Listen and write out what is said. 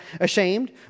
ashamed